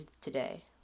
today